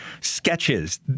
sketches